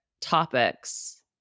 topics